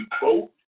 vote